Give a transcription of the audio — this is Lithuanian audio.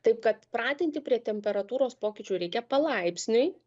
taip kad pratinti prie temperatūros pokyčių reikia palaipsniui